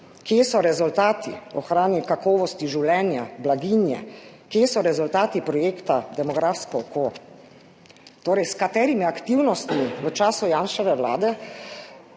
Kje so rezultati ohranjanja kakovosti življenja, blaginje? Kje so rezultati projekta Demografsko oko? Torej, s katerimi aktivnostmi v času Janševe vlade